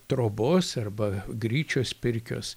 trobos arba gryčios pirkios